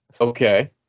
Okay